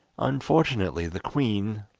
unfortunately, the queen,